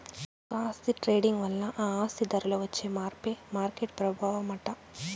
ఒక ఆస్తి ట్రేడింగ్ వల్ల ఆ ఆస్తి ధరలో వచ్చే మార్పే మార్కెట్ ప్రభావమట